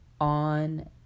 on